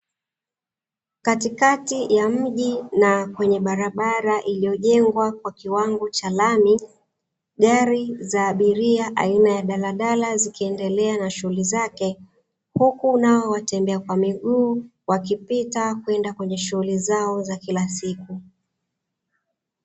Katikati ya mji na kwenye barabara iliyojengwa kwa kiwango cha lami gari za abilia aina ya daladala zikiendelea na shughuli zake, huku nao watembea kwa miguu wakipita kwenda kwenye shughuli zao za kila siku.